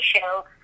show